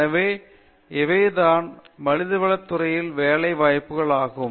எனவே இவைதான் மனிதவள துறையில் வேலை வாய்ப்புகள் ஆகும்